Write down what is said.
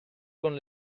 con